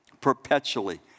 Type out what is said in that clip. perpetually